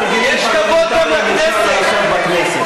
כמה תרגילים פרלמנטריים אפשר לעשות בכנסת.